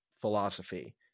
philosophy